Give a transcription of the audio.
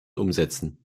umsetzen